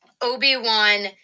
Obi-Wan